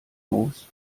moos